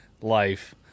life